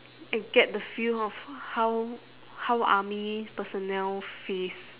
and get the feel of how how army personnel face